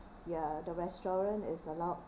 ya the restaurant is allow